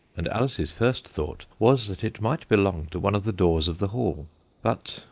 and alice's first thought was that it might belong to one of the doors of the hall but,